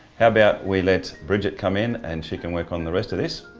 how about we let brigitte come in and she can work on the rest of this,